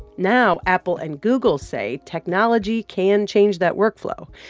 now apple and google say technology can change that workflow.